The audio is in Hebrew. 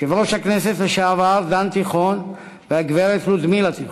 יושב-ראש הכנסת לשעבר דן תיכון והגברת לודמילה תיכון,